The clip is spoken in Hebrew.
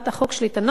את הנוסח שלה,